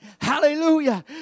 Hallelujah